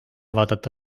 vaadata